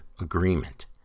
agreement